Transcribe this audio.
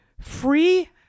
free